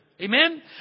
Amen